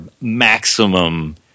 maximum